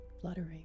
Fluttering